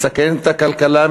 מסכנת את הכלכלה,